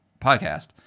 podcast